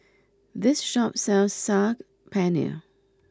this shop sells Saag Paneer